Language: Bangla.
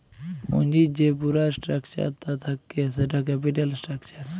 পুঁজির যে পুরা স্ট্রাকচার তা থাক্যে সেটা ক্যাপিটাল স্ট্রাকচার